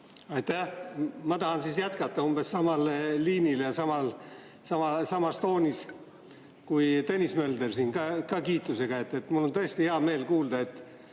Aitäh! Ma tahan siis jätkata umbes samal liinil ja samas toonis kui Tõnis Mölder, samuti kiitusega. Mul on tõesti hea meel kuulda, et